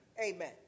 Amen